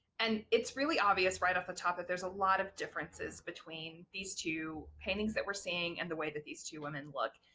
and it's really obvious right off the top that there's a lot of differences between these two paintings that we're seeing and the way that these two women look,